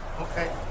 okay